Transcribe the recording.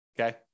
Okay